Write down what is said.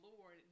Lord